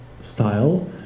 style